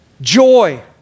Joy